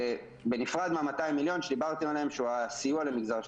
זה בנפרד מה-200 מיליון שדיברתם עליהם שהוא הסיוע למגזר השלישי.